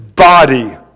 body